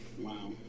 Wow